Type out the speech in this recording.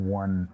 one